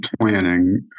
planning